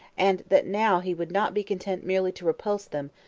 and that now he would not be content merely to repulse them,